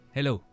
Hello